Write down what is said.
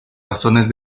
razones